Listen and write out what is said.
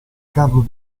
carlo